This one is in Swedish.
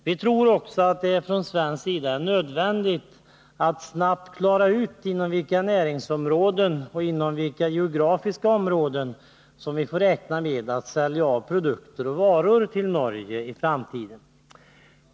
Vi tror också att det från svensk sida är nödvändigt att snabbt klara ut inom vilka näringsområden och inom vilka geografiska områden som man i framtiden kan räkna med att kunna bedriva försäljning av varor och produkter till Norge.